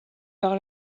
par